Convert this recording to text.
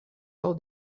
all